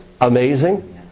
amazing